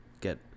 get